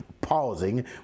pausing